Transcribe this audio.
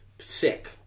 sick